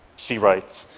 she writes.